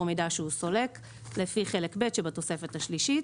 מידע שהוא סולק לפי חלק ב' שבתוספת השלישית,